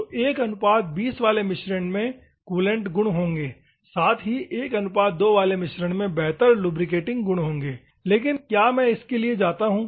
तो 120 वाले मिश्रण में कूलैंट गुण होंगे साथ ही 12 वाले मिश्रण में बेहतर लुब्रिकेटिंग गुण होंगे लेकिन क्या मैं इसके लिए जाता हूं